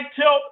tilt